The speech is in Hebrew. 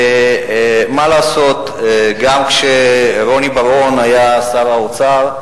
מה לעשות, גם כשרוני בר-און היה שר האוצר,